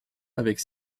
avec